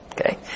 Okay